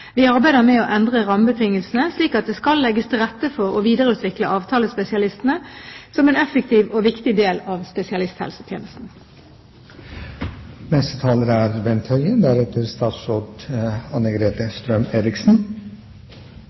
Vi arbeider med å endre rammebetingelsene slik at det skal legges til rette for å videreutvikle avtalespesialistene som en effektiv og viktig del av